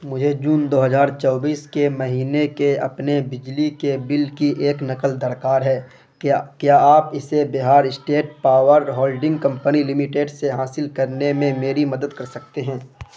مجھے جون دو ہزار چوبیس کے مہینے کے اپنے بجلی کے بل کی ایک نقل درکار ہے کیا کیا آپ اسے Bihar state power holding company limited سے حاصل کرنے میں میری مدد کر سکتے ہیں